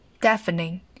Deafening